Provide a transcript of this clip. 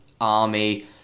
army